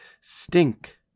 stink